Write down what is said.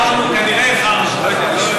כנראה איחרנו,